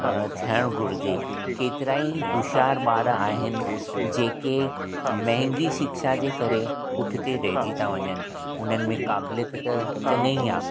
अ थियणु घुरिजे केतिराई हुशयार ॿार आहिन जेके महांगी शिक्षा जे करे पुठते रहिजी था वञनि हुननि में क़ाबिलियत त चङी ई आहे